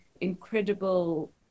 incredible